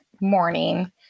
morning